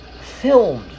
filmed